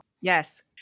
Yes